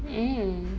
mm